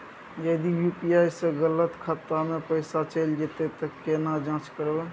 यदि यु.पी.आई स गलत खाता मे पैसा चैल जेतै त केना जाँच करबे?